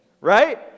right